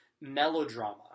melodrama